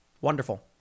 Wonderful